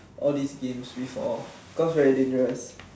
all these games before cause very dangerous